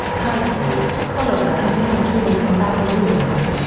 typhoid, cholera and dysentery than from battle wounds.